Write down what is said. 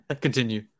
Continue